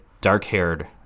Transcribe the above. dark-haired